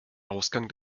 ausgang